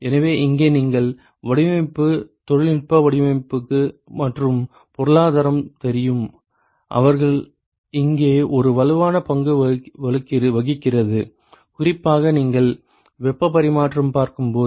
எனவே இங்கே நீங்கள் வடிவமைப்பு தொழில்நுட்ப வடிவமைப்பு மற்றும் பொருளாதாரம் தெரியும் அவர்கள் இங்கே ஒரு வலுவான பங்கு வகிக்கிறது குறிப்பாக நீங்கள் வெப்ப பரிமாற்றம் பார்க்கும் போது